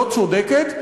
לא צודקת,